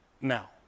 now